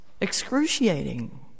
excruciating